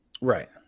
right